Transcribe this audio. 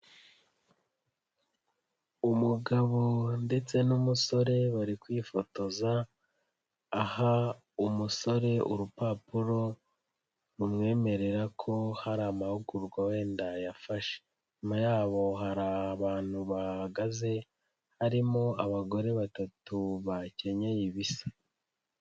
Umugabo ndetse n'umusore bari kwifotoza aha umusore urupapuro rumwemerera ko hari amahugurwa wenda yafashe, inyuma ya hari abantu bahagaze harimo abagore batatu bakenyeye ibisa.